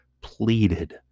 pleaded